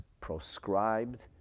proscribed